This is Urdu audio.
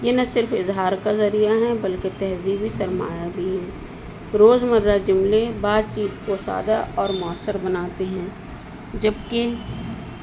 یہ نہ صرف اظہار کا ذریعہ ہیں بلکہ تہذیبی سرمایا بھی ہے روز مرہ جملے بات چیت کو سادہ اور معؤثر بناتے ہیں جبکہ